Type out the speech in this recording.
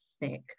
thick